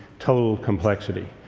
total complexity,